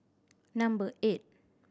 number eight